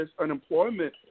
unemployment